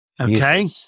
okay